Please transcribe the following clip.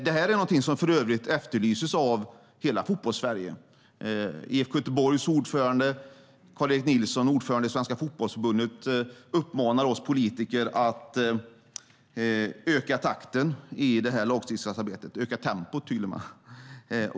Detta är för övrigt någonting som efterlyses av hela Fotbollssverige. IFK Göteborgs ordförande och Svenska Fotbollförbundets ordförande Karl-Erik Nilsson uppmanar oss politiker att öka tempot i detta lagstiftningsarbete.